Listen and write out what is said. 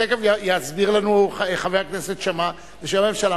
שתיכף יסביר לנו חבר הכנסת שאמה בשם הממשלה,